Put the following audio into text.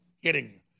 hitting